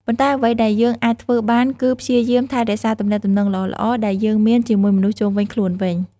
ប៉ុន្តែអ្វីដែលយើងអាចធ្វើបានគឺព្យាយាមថែរក្សាទំនាក់ទំនងល្អៗដែលយើងមានជាមួយមនុស្សជុំវិញខ្លួនវិញ។